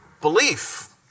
belief